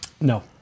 No